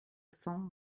cent